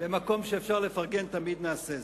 במקום שאפשר לפרגן תמיד נעשה זאת.